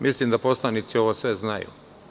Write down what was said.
Mislim da poslanici ovo sve znaju.